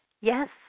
Yes